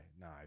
no